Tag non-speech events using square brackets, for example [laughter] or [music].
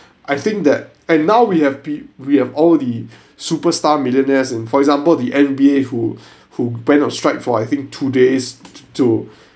I think that and now we have pe~ we have all the superstar millionaires in for example the N_B_A who [breath] who went on strike for I think two days t~ to